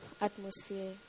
atmosphere